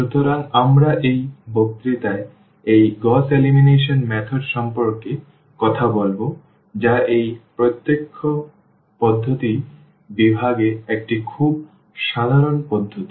সুতরাং আমরা এই বক্তৃতায় এই গউস এলিমিনেশন পদ্ধতি সম্পর্কে কথা বলব যা এই প্রত্যক্ষ পদ্ধতির বিভাগে একটি খুব সাধারণ পদ্ধতি